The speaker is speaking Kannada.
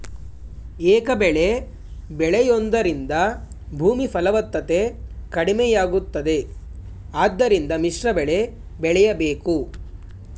ಏಕಬೆಳೆ ಬೆಳೆಯೂದರಿಂದ ಭೂಮಿ ಫಲವತ್ತತೆ ಕಡಿಮೆಯಾಗುತ್ತದೆ ಆದ್ದರಿಂದ ಮಿಶ್ರಬೆಳೆ ಬೆಳೆಯಬೇಕು